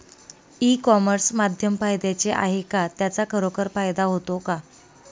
E commerce माध्यम फायद्याचे आहे का? त्याचा खरोखर फायदा होतो का?